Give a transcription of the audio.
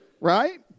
right